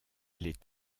les